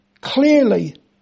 clearly